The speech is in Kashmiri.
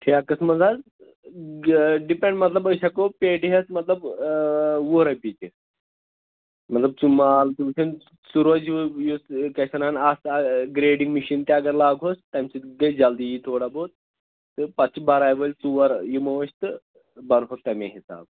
ٹھیکَس منٛز حظ یہِ ڈِپٮ۪نٛڈ مطلب أسۍ ہٮ۪کو پیٹہِ ہٮ۪تھ مطلب وُہ رۄپیہِ تہِ مطلب سُہ مال چھُ وُچھان سُہ روزِ یُس کیٛاہ چھِ وَنان اَتھ گرٛیڈِنٛگ مِشیٖن تہِ اگر لاگہوس تَمہِ سۭتۍ گژھِ جلدی یی تھوڑا بہت تہٕ پَتہٕ چھِ بَراے وٲلۍ ژور یِمو أسۍ تہٕ بَرٕہوکھ تَمے حِساب